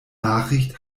nachricht